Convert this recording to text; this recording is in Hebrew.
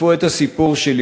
שתפו את הסיפור שלי,